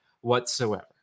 whatsoever